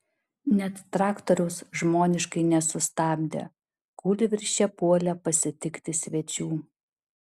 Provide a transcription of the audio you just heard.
net traktoriaus žmoniškai nesustabdė kūlvirsčia puolė pasitikti svečių